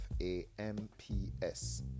FAMPS